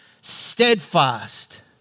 steadfast